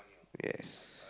yes